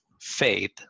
faith